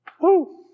Woo